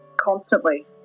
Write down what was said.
constantly